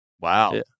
wow